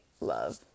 love